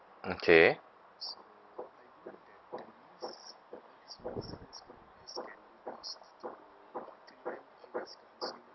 okay